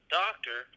doctor